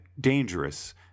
dangerous